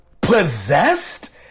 possessed